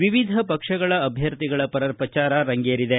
ವಿವಿಧ ಪಕ್ಷಗಳ ಅಭ್ಯರ್ಥಿಗಳ ಪರ ಪ್ರಚಾರ ರಂಗೇರಿದೆ